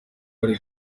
hari